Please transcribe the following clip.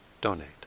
donate